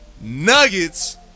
Nuggets